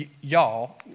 y'all